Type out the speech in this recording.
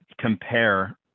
compare